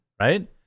Right